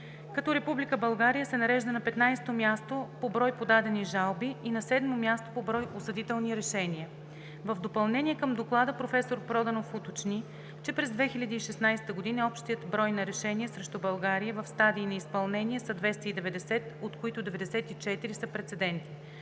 като Република България се нарежда на 15 място по брой подадени жалби и на седмо място по брой осъдителни решения. В допълнение към Доклада професор Проданов уточни, че през 2016 г. общият брой на решения срещу България в стадий на изпълнение са 290, от които 94 са прецеденти.